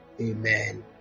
amen